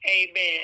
amen